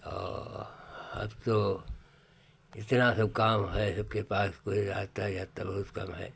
और अब तो इतना तो काम है सबके पास कोई आता जाता बहुत कम है